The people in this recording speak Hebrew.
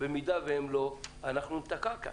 במידה והם לא, אנחנו ניתקע כאן.